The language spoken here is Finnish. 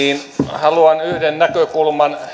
haluan yhden näkökulman